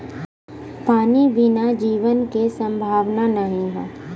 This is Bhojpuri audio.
पानी बिना जीवन के संभावना नाही हौ